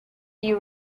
you